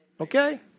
Okay